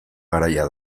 garaia